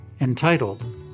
entitled